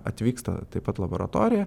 atvyksta taip pat laboratorija